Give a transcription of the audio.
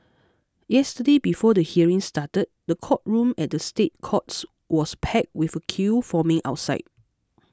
yesterday before the hearing started the courtroom at the State Courts was packed with a queue forming outside